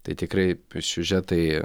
tai tikrai siužetai